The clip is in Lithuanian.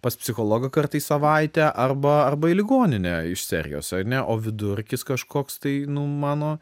pas psichologą kartą į savaitę arba arba į ligoninę iš serijos ar ne o vidurkis kažkoks tai nu mano